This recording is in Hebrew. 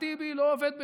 ואחמד טיבי לא עובד בחינם.